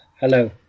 Hello